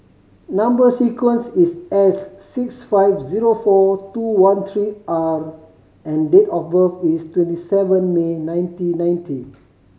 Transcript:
number sequence is S six five zero four two one three R and date of birth is twenty seven May nineteen ninety